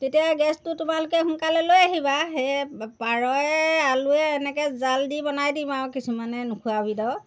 তেতিয়া গেছটো তোমালোকে সোনকালে লৈ আহিবা সেয়ে পাৰয়ে আলুৱে এনেকৈ জাল দি বনাই দিম আৰু কিছুমানে নোখোৱা বিধৰ